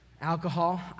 Alcohol